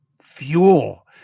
Fuel